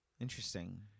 Interesting